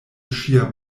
ŝia